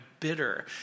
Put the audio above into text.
bitter